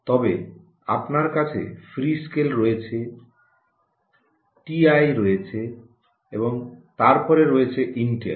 তবে আপনার কাছে ফ্রিস্কেল রয়েছে টিআই রয়েছে এবং তার পরে রয়েছে ইন্টেল